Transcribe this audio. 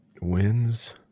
wins